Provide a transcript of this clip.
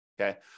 okay